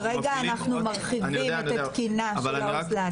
כרגע אנחנו מרחיבים את התקינה של העו"ס להט"ב.